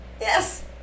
Yes